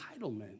entitlement